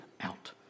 out